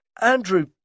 Andrew